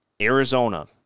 Arizona